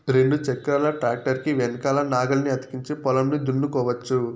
రెండు చక్రాల ట్రాక్టర్ కి వెనకల నాగలిని అతికించి పొలంను దున్నుకోవచ్చు